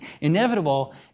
inevitable